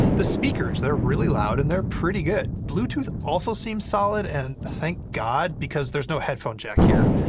the speakers, they're really loud, and they're pretty good! bluetooth also seems solid, and thank god, because there's no headphone jack here.